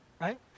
right